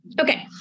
Okay